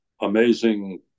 amazing